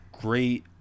Great